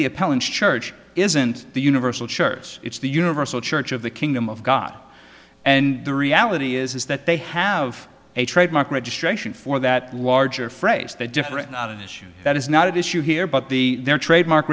appellant's church isn't the universal church it's the universal church of the kingdom of god and the reality is that they have a trademark registration for that larger phrase that different not an issue that is not at issue here but the their trademark